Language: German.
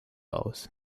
aus